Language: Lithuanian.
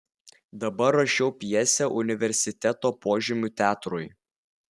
dabar rašiau pjesę universiteto požemių teatrui